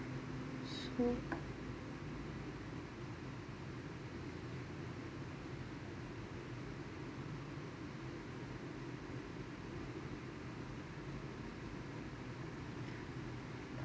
so